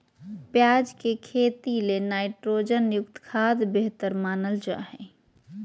प्याज के खेती ले नाइट्रोजन युक्त खाद्य बेहतर मानल जा हय